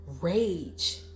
rage